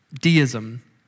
Deism